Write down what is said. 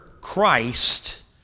Christ